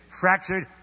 fractured